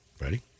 Ready